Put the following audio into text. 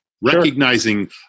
recognizing